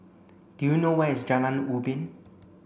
do you know where is Jalan Ubin